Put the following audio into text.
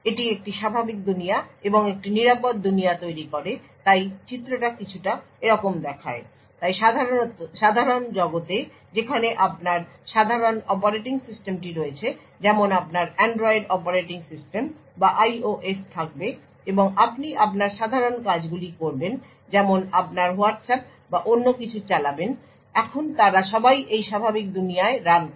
এটি একটি স্বাভাবিক দুনিয়া এবং একটি নিরাপদ দুনিয়া তৈরি করে তাই চিত্রটি কিছুটা এরকম দেখায় তাই সাধারণ জগতে যেখানে আপনার সাধারণ অপারেটিং সিস্টেমটি রয়েছে যেমন আপনার অ্যান্ড্রয়েড অপারেটিং সিস্টেম বা IOS থাকবে এবং আপনি আপনার সাধারণ কাজগুলি করবেন যেমন আপনার Whatsapp বা অন্য কিছু চালাবেন এখন তারা সবাই এই স্বাভাবিক দুনিয়ায় রান করে